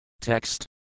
Text